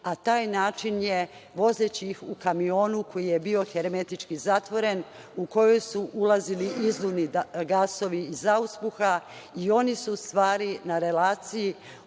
a taj način je vozeći ih u kamionu koji je bio hermetički zatvoren u koji su ulazili izduvni gasovi iz auspuha i oni su u stvari na relaciji